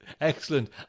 Excellent